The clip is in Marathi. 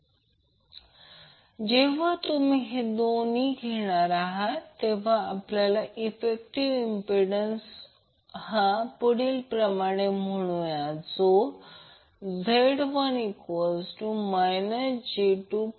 पण जेव्हा तुम्ही हे दोन्ही घेणार आहे आपण इफेक्टिव इम्पिडंस म्हणूया Z1 j2।।40